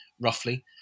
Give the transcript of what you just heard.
roughly